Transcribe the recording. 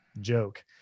joke